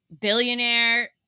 billionaire